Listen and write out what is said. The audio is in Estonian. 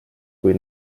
kui